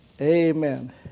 Amen